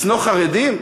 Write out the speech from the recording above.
לשנוא חרדים?